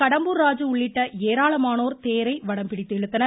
கடம்பூர் ராஜு உள்ளிட்ட ஏராளமானோர் தேரை வடம்பிடித்து இழுத்தனர்